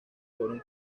fueron